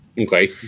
Okay